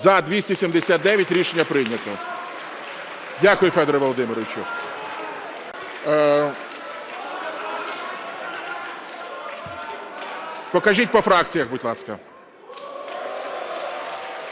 За-279 Рішення прийнято. Дякую, Федоре Володимировичу. Покажіть по фракціях, будь ласка.